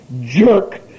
jerk